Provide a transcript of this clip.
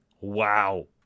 Wow